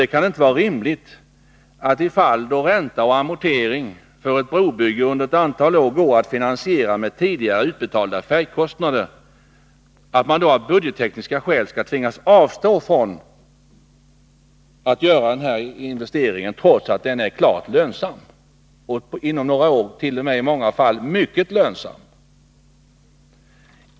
Det kan inte vara rimligt att man, i fall där ränta och amortering för ett brobygge under ett antal år kan finansieras genom tidigare utbetalda färjekostnader, av budgettekniska skäl skall tvingas avstå från investeringen, trots att denna är klart lönsam, och inom några år kanske t.o.m. mycket lönsam.